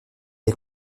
est